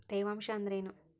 ತೇವಾಂಶ ಅಂದ್ರೇನು?